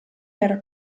era